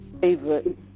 favorite